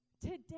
Today